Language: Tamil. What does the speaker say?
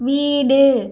வீடு